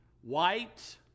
White